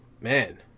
man